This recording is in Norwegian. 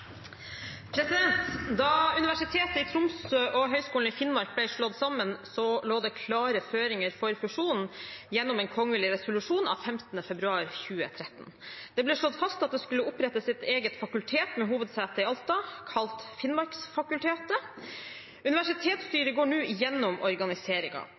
Universitetet i Tromsø og Høgskolen i Finnmark ble slått sammen, lå det klare føringer for fusjonen gjennom en kongelig resolusjon 15. februar 2013. Det ble slått fast at det skulle opprettes et eget fakultet med hovedsete i Alta, kalt Finnmarksfakultetet.